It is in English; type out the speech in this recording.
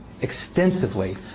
extensively